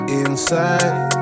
inside